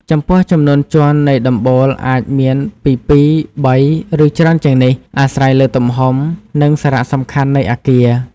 ចំពោះចំនួនជាន់នៃដំបូលអាចមានពីពីរ បី ឬច្រើនជាងនេះ អាស្រ័យលើទំហំ និងសារៈសំខាន់នៃអគារ។